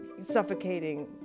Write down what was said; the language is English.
suffocating